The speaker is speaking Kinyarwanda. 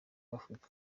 africa